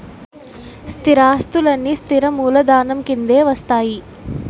స్థిరాస్తులన్నీ స్థిర మూలధనం కిందే వస్తాయి